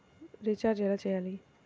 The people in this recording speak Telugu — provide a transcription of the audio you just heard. రిచార్జ ఎలా చెయ్యాలి?